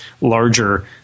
larger